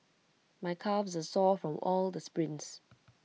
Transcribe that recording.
my calves are sore from all the sprints